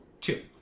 Two